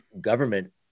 government